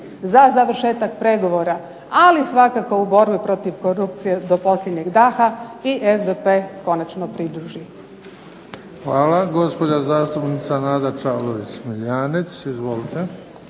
za završetak pregovora, ali svakako u borbi protiv korupcije do posljednjeg daha i SDP konačno pridruži. **Bebić, Luka (HDZ)** Hvala. Gospođa zastupnica Nada Čavlović Smiljanec. Izvolite.